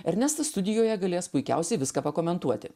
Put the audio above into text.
ernestas studijoje galės puikiausiai viską pakomentuoti